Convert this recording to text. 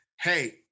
Hey